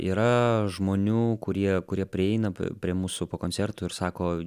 yra žmonių kurie kurie prieina prie mūsų po koncertų ir sako